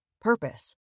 purpose